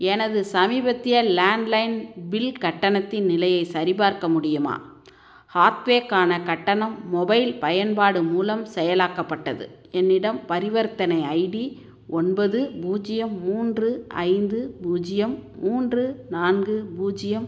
எனது சமீபத்திய landline bill கட்டணத்தின் நிலையைச் சரிபார்க்க முடியுமா ஹாத்வேக்கான கட்டணம் மொபைல் பயன்பாடு மூலம் செயலாக்கப்பட்டது என்னிடம் பரிவர்த்தனை ஐடி ஒன்பது பூஜ்ஜியம் மூன்று ஐந்து பூஜ்ஜியம் மூன்று நான்கு பூஜ்ஜியம்